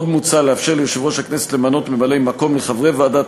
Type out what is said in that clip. עוד מוצע לאפשר ליושב-ראש הכנסת למנות ממלאי-מקום לחברי ועדת